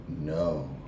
No